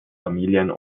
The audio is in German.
familien